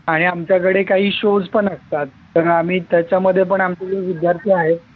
आणि आमच्याकडे काही शोज पण असतात पण आम्ही त्याच्यामध्ये पण आमचे जे विद्यार्थी आहेत